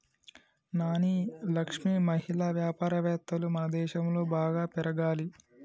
నాని లక్ష్మి మహిళా వ్యాపారవేత్తలు మనదేశంలో బాగా పెరగాలి